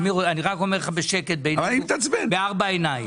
אני רק אומר לך בשקט, בארבע עיניים.